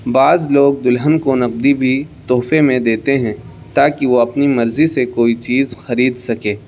بعض لوگ دلہن کو نقدی بھی تحفے میں دیتے ہیں تا کہ وہ اپنی مرضی سے کوئی چیز خرید سکے